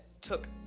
took